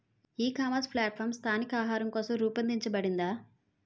ఈ ecommerce platform స్థానిక ఆహారం కోసం రూపొందించబడిందా?